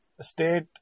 state